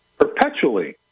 perpetually